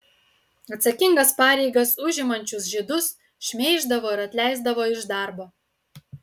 atsakingas pareigas užimančius žydus šmeiždavo ir atleisdavo iš darbo